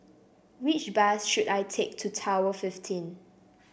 which bus should I take to Tower Fifteen